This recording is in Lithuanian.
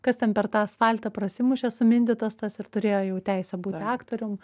kas ten per tą asfaltą prasimušė sumindytas tas ir turėjo jau teisę būti aktorium